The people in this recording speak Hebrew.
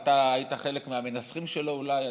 ואתה היית חלק מהמנסחים שלו אולי,